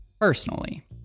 personally